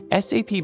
SAP